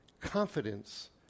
confidence